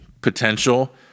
potential